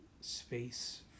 ...space